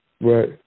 Right